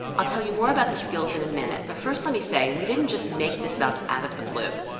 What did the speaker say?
i'll tell you more about the skills in a minute, but first, let me say that we didn't just make this up out of the blue.